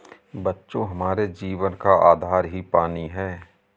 बच्चों हमारे जीवन का आधार ही पानी हैं